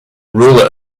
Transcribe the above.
ruler